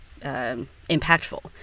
impactful